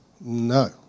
No